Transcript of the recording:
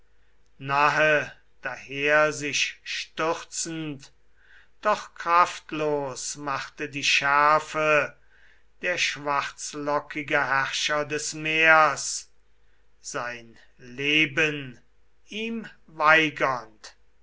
nahe daher sich stürzend doch kraftlos machte die schärfe der schwarzlockige herrscher des meers sein leben ihm weigernd